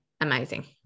amazing